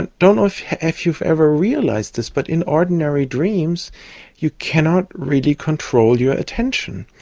and don't know if if you've ever realised this but in ordinary dreams you cannot really control your attention.